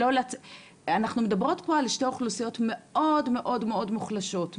אנחנו מדברות פה על שתי אוכלוסיות מאוד-מאוד מוחלשות,